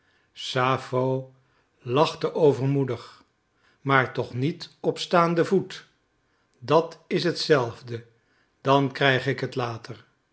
sappho lachte overmoedig maar toch niet op staanden voet dat is hetzelfde dan krijg ik het later